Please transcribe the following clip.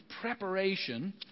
preparation